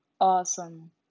Awesome